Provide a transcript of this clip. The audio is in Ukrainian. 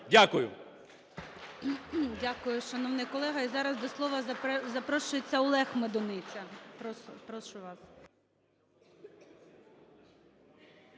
Дякую.